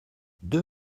deux